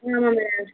ஆமாம் மேடம்